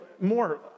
more